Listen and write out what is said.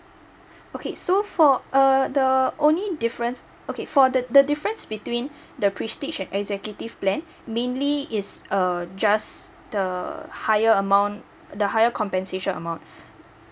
okay so for uh the only difference okay for the the difference between the prestige and executive plan mainly is err just the higher amount the higher compensation amount